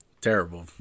Terrible